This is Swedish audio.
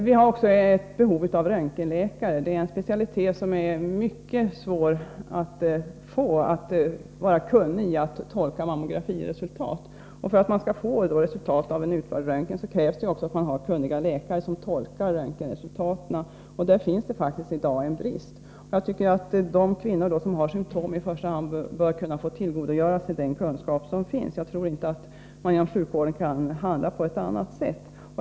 Vi har också ett behov av röntgenläkare, kunniga i att tolka mammografiresultat. För att få ett resultat av en utförd mammografi krävs det att man har kunniga läkare som tolkar röntgenbilderna. Där finns det faktiskt i dag en brist. Jag tycker att de kvinnor som har symtom i första hand bör kunna få tillgodogöra sig den kunskap och de resurser som finns. Jag tror inte att man kan handla på ett annat sätt inom sjukvården.